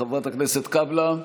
בעד, חברת הכנסת קאבלה,